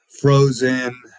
frozen